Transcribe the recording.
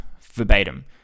verbatim